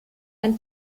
ein